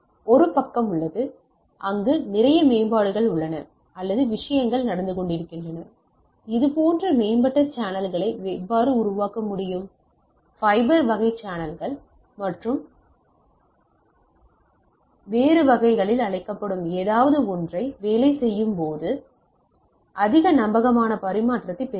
ஒரு பக்கம் உள்ளது அங்கு நிறைய மேம்பாடுகள் உள்ளன அல்லது விஷயங்கள் நடந்து கொண்டிருக்கின்றன இது போன்ற மேம்பட்ட சேனல்களை எவ்வாறு உருவாக்க முடியும் ஃபைபர் வகை சேனல்கள் மற்றும் வகை மற்றும் வகைகளில் அழைக்கப்படும் ஏதாவது ஒன்றை வேலை செய்யும் போது அதிக நம்பகமான பரிமாற்றத்தைப் பெறுவீர்கள்